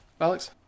Alex